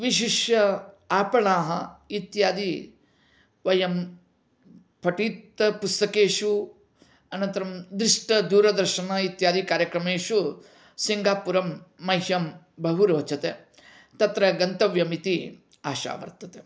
विशिष्य आपणानि इत्यादि वयं पठित पुस्तकेषु अनन्तरं दृष्ट दूरदर्शन इत्यादि कार्यक्रमेषु सिङ्गापुरं मह्यं बहु रोचते तत्र गन्तव्यम् इति आशा वर्तते